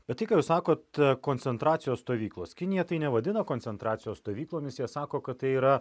bet tai ką jūs sakot koncentracijos stovyklos kinija tai nevadina koncentracijos stovyklomis jie sako kad tai yra